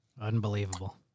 Unbelievable